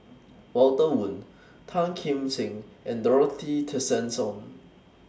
Walter Woon Tan Kim Seng and Dorothy Tessensohn